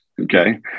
okay